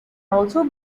also